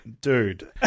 Dude